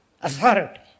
authority